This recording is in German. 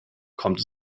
kommt